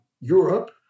Europe